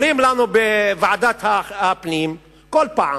אומרים לנו בוועדת הפנים כל פעם,